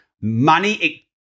money